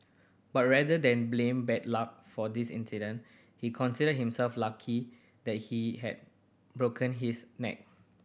but rather than blame bad luck for this incident he considered himself lucky that he had broken his neck